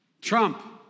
Trump